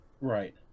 right